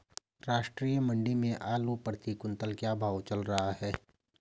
राष्ट्रीय मंडी में आलू प्रति कुन्तल का क्या भाव चल रहा है?